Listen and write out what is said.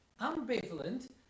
ambivalent